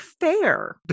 fair